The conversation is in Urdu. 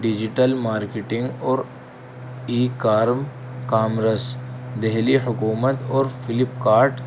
ڈیجیٹل مارکیٹنگ اور ای کارم کامرس دہلی حکومت اور فلپکارٹ